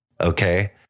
Okay